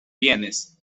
bienes